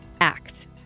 act